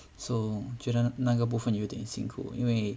so 觉得哪个部分有点辛苦因为